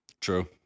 True